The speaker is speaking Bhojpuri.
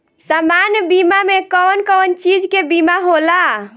सामान्य बीमा में कवन कवन चीज के बीमा होला?